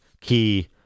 key